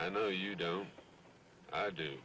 i know you do i do